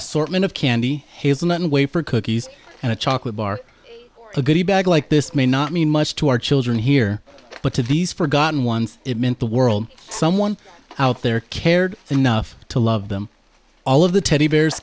assortment of candy and then wait for cookies and a chocolate bar or a goodie bag like this may not mean much to our children here but to these forgotten ones it meant the world someone out there cared enough to love them all of the teddy bears